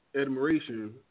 admiration